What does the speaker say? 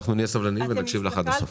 אנחנו נהיה סבלניים ונקשיב לך עד הסוף.